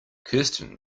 kirsten